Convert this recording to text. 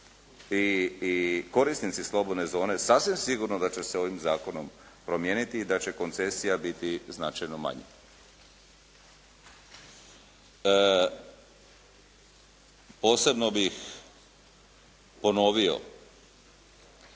i korisnici slobodne zone sasvim sigurno da će se ovim zakonom promijeniti i da će koncesija biti značajno manja. Posebno bih ponovio